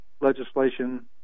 legislation